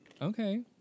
Okay